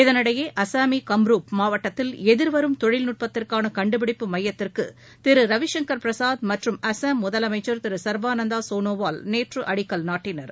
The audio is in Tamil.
இதனிடையே அசாமிகம்ருப் மாவட்டத்தில் எதிர் வரும் தொழில்நுட்பத்திற்கான கண்டுபிடிப்பு மையத்திற்கு திருரவிசுங்கர் பிரசாத் மற்றும் அசாம் முதலமைச்சர் திரு சர்பானந்தா சோளோவால் நேற்று அடிக்கல் நாட்டினர்